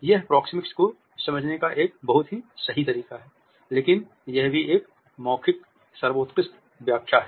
यह प्रोक्सेमिक्स को समझने का एक बहुत ही सही तरीका है लेकिन यह भी एक मौखिक सर्वोत्कृष्ट व्याख्या है